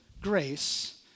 grace